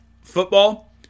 football